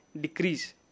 decrease